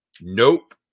nope